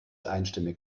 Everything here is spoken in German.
einstimmig